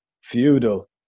feudal